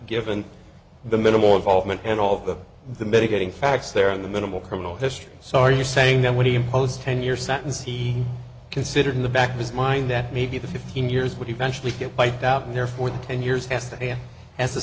given the minimal involvement and all of the mitigating facts there and the minimal criminal history so are you saying that when he imposed ten year sentence he considered in the back of his mind that maybe the fifteen years would eventually get wiped out and therefore the ten years has to pay as a